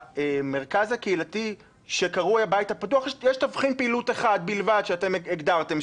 למרכז הקהילתי שקרוי הבית הפתוח יש תבחין פעילות אחד בלבד שאתם הגדרתם,